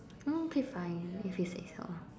oh okay fine if you say so